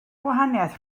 gwahaniaeth